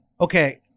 Okay